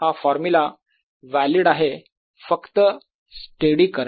हा formula valid आहे फक्त स्टेडी करंट साठी